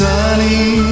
Sunny